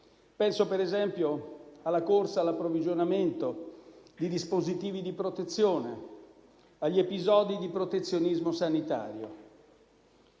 Penso, ad esempio, alla corsa all'approvvigionamento di dispositivi di protezione, agli episodi di protezionismo sanitario.